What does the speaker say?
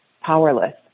powerless